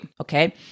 Okay